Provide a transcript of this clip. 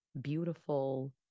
beautiful